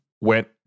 went